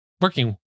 working